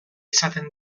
izaten